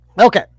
Okay